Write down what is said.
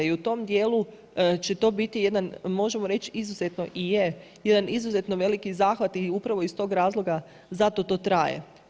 I u tom dijelu će to biti jedan možemo reći i je izuzetno veliki zahvat i upravo iz tog razloga zato to traje.